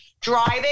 driving